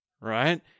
right